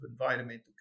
environmental